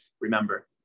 remember